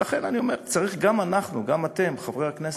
ולכן אני אומר: גם אנחנו, גם אתם, חברי הכנסת,